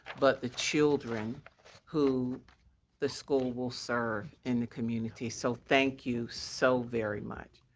but the children who the school will serve in the community, so thank you so very much.